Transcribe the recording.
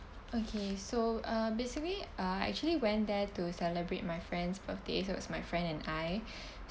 okay so um basically uh I actually went there to celebrate my friend's birthday so it was my friend and I